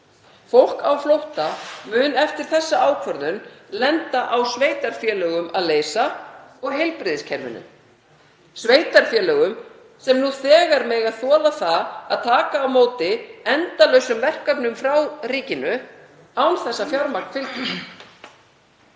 Fólk á flótta mun eftir þessa ákvörðun lenda á sveitarfélögum að leysa og heilbrigðiskerfinu, sveitarfélögum sem nú þegar mega þola það að taka á móti endalausum verkefnum frá ríkinu án þess að fjármagn fylgi.